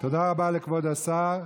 תודה רבה לכבוד השר.